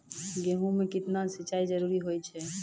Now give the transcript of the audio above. गेहूँ म केतना सिंचाई जरूरी होय छै?